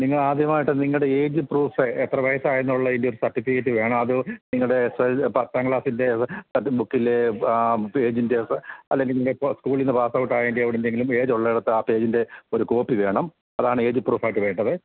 നിങ്ങള് ആദ്യമായിട്ട് നിങ്ങളുടെ ഏജ് പ്രൂഫ് എത്ര വയസ്സായെന്നുള്ളതിന്റെ ഒരു സർട്ടിഫിക്കറ്റ് വേണം അത് നിങ്ങളുടെ പത്താം ക്ലാസിൻ്റെ ബുക്കിലെ പേജിൻ്റെ അല്ലെങ്കില് സ്കൂളില്നിന്ന് പാസൗട്ടായതിൻ്റെ എവിടെ എന്തെങ്കിലും ഏജുള്ളിടുത്ത് ആ പേജിൻ്റെ ഒരു കോപ്പി വേണം അതാണ് ഏജ് പ്രൂഫായിട്ട് വേണ്ടത്